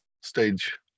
stage